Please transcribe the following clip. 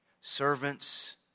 Servants